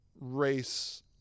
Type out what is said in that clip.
race